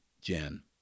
Jen